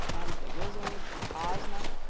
and the wizard, and ozma,